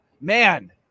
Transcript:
man